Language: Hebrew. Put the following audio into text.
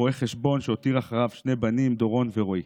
רואה חשבון, שהותיר אחריו שני בנים, דורון ורועי.